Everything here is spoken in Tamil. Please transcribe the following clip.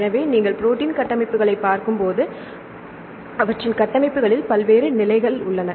எனவே நீங்கள் ப்ரோடீன் கட்டமைப்புகளைப் பார்க்கும்போது அவற்றின் கட்டமைப்புகள் பல்வேறு நிலைகளில் உள்ளன